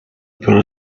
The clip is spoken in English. built